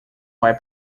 vai